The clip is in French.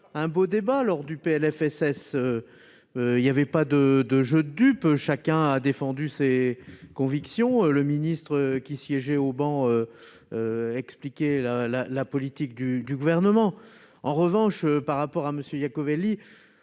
un beau débat sur le présent PLFSS. Il n'y avait pas de jeux de dupes, chacun défendait ses convictions et le ministre qui siégeait au banc expliquait la politique du Gouvernement. En revanche, monsieur Iacovelli,